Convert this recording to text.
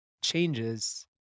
changes